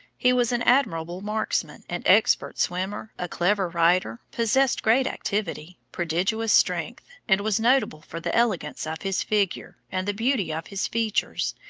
he was an admirable marksman, an expert swimmer, a clever rider, possessed great activity, prodigious strength, and was notable for the elegance of his figure, and the beauty of his features,